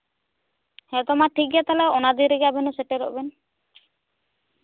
ᱦᱮᱸ ᱛᱚ ᱢᱟ ᱴᱷᱤᱠ ᱜᱮᱭᱟ ᱛᱟᱦᱚᱞᱮ ᱚᱱᱟ ᱫᱤᱱᱨᱮᱜᱮ ᱢᱟ ᱥᱮᱴᱮᱨᱚᱜ ᱵᱮᱱ